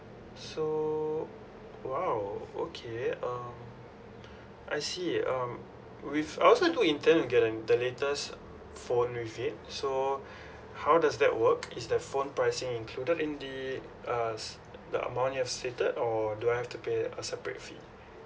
so !wow! okay um I see um with I also do intent to get an the latest phone with it so how does that work is the phone pricing included in the uh s~ the amount you have stated or do I have to pay a separate fee